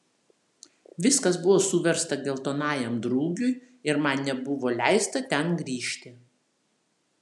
viskas buvo suversta geltonajam drugiui ir man nebuvo leista ten grįžti